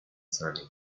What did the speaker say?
sunny